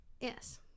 Yes